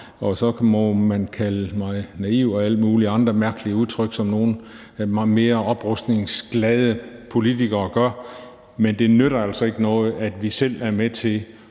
Og så må man kalde mig naiv og alle mulige andre mærkelige udtryk, hvad nogle mere oprustningsglade politikere gør. Men det nytter altså ikke noget, at vi selv er med til